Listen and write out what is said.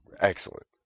excellent